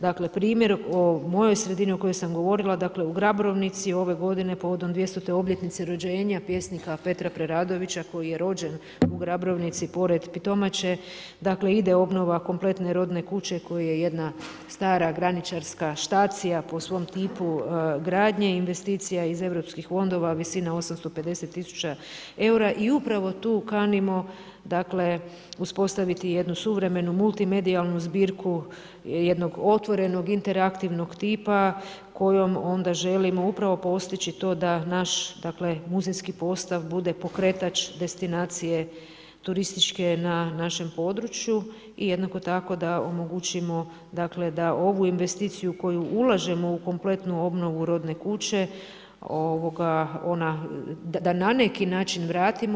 Dakle primjer o mojoj sredini o kojoj sam govorila dakle u Grabrovnici ove godine povodom 200. obljetnice rođenja pjesnika Petra Preradovića koji je rođen u Grabrovnici pored Pitomače ide obnova kompletne rodne kuće koja je jedna stara graničarska štacija po svom tipu gradnje, investicija iz eu fondova visine 850 tisuća eura i upravo tu kanimo uspostaviti jednu suvremenu multimedijalnu zbirku jednog otvorenog interaktivnog tipa kojom onda želimo upravo postići to da naš muzejski postav bude pokretač destinacije turističke na našem području i jednako tako da omogućimo da ovu investiciju koju ulažemo u kompletnu obnovu rodne kuće ona da na neki način vratimo.